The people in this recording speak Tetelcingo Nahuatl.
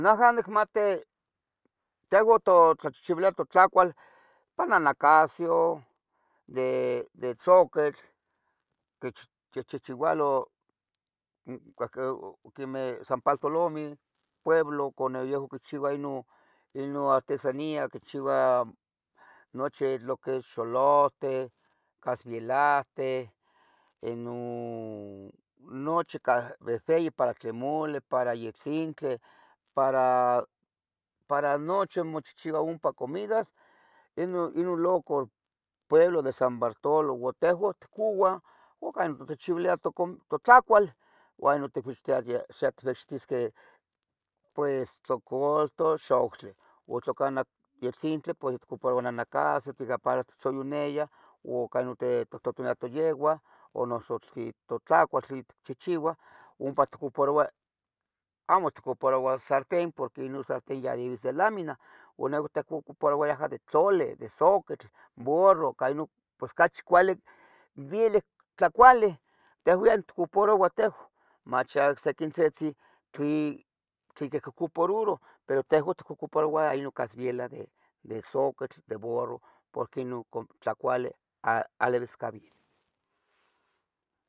Najah nicmate, tehoun totlachihchivilia totlacual pa nahnacasio, de,. de zoquitl qui, quichihchioualo, que, quimeh San Paltolomeh. pueblo con ne yehua quichiuah, inun, inun artesania quichiouah. nochi lo que es xolohten, casvielahte inun, nochi cah vehvei. para tlen muli, para yetzintli, para, para nochi mochihchiua. ompa comidas inun Inun loco pueblo de San Bartoloh uon tehuon. itcouoah oncan totochchivilia tocom, tlotlacual, uo inun. set vechtisqueh pues toco. xovtli u tlo canah yetzintle pues itcoporouah nahnacasio. titzoyuneyah u ca inun te, tictotuneyah toyehuan. o noso tli totlacual, tlit chihchiuah, ompa itcoparouan, amo. itcoparouah sarten porque inun sarten ya livis se lamina. uon neco tehuon ticoparouayah de tloli de soquitl, borroh. ca inun, pos cachi cuali vielic tlacuale, tehuan yen. ticoparouah, tehou se quintzetzeh tlin, tlin quihquicopororu, pero tehuan ticocoparouah inun. casvielah de, de zoquitl, borro porque inun con tlacuale. alivis ca vielic.